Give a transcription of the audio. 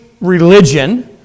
religion